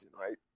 right